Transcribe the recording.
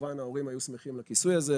כמובן ההורים היו שמחים לכיסוי הזה.